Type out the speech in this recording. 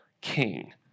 king